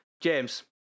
James